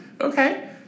Okay